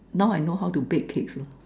now I know how to bake cakes well